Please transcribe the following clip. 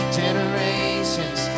generations